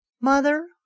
Mother